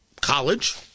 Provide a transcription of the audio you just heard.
college